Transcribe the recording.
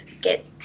get